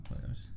players